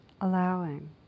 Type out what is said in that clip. allowing